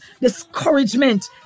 Discouragement